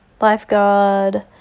lifeguard